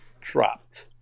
dropped